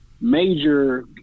major